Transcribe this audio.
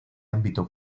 ámbito